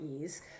ease